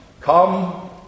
come